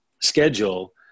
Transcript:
schedule